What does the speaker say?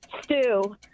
stew